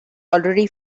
already